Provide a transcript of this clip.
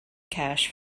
cash